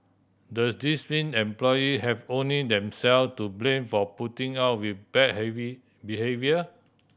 does this mean employee have only them self to blame for putting up with bad behaviour